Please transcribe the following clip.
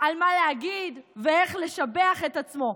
מה להגיד ואיך לשבח את עצמו.